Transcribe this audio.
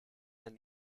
and